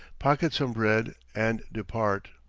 pocket some bread and depart.